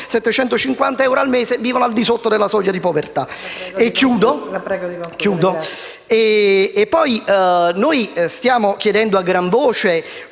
750 euro al mese vivono al di sotto della soglia di povertà. Concludo